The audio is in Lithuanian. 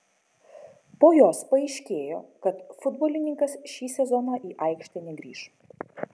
po jos paaiškėjo kad futbolininkas šį sezoną į aikštę negrįš